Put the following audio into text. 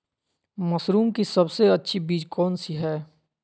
Mushroom की सबसे अच्छी बीज कौन सी है?